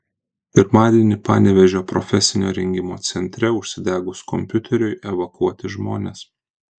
pirmadienį panevėžio profesinio rengimo centre užsidegus kompiuteriui evakuoti žmonės